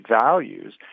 values